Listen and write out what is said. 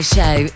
Show